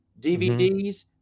DVDs